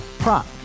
Prop